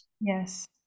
Yes